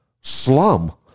slum